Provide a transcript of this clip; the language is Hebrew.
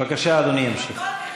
בבקשה, אדוני ימשיך.